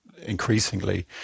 increasingly